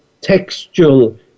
textual